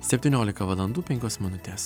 septyniolika valandų penkios minutės